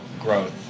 growth